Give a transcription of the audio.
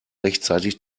rechtzeitig